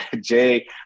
jay